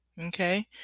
Okay